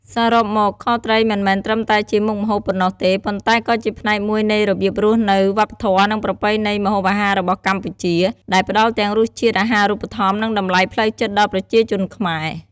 សរុបមក ខត្រីមិនមែនត្រឹមតែជាមុខម្ហូបប៉ុណ្ណោះទេ ប៉ុន្តែក៏ជាផ្នែកមួយនៃរបៀបរស់នៅ វប្បធម៌ និងប្រពៃណីម្ហូបអាហាររបស់កម្ពុជា ដែលផ្តល់ទាំងរសជាតិ អាហារូបត្ថម្ភ និងតម្លៃផ្លូវចិត្តដល់ប្រជាជនខ្មែរ។